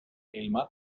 elmar